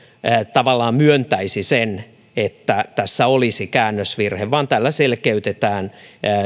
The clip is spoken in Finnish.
tavallaan myöntäisi sen että tässä olisi käännösvirhe vaan tällä selkeytetään